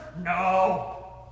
No